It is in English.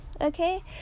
okay